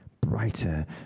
brighter